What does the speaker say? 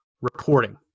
reporting